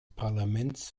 parlaments